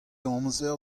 amzer